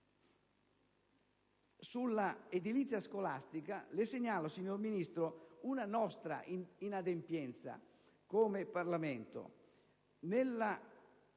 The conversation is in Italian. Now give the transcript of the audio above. Sull'edilizia scolastica le segnalo, signora Ministro, una nostra inadempienza come Parlamento.